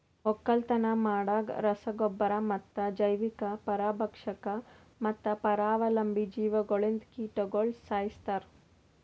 ಒಕ್ಕಲತನ ಮಾಡಾಗ್ ರಸ ಗೊಬ್ಬರ ಮತ್ತ ಜೈವಿಕ, ಪರಭಕ್ಷಕ ಮತ್ತ ಪರಾವಲಂಬಿ ಜೀವಿಗೊಳ್ಲಿಂದ್ ಕೀಟಗೊಳ್ ಸೈಸ್ತಾರ್